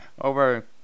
over